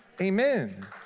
Amen